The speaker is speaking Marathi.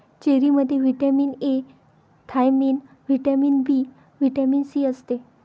चेरीमध्ये vitamin A, thiamine, vitamin B, vitamin C असते